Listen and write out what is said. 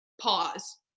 pause